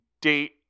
date